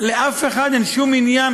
לאף אחד אין שום עניין,